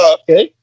okay